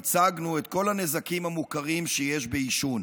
הצגנו את כל הנזקים המוכרים שיש בעישון.